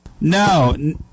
No